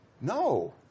No